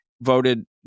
voted